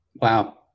Wow